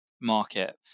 market